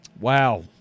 Wow